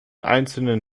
einzelnen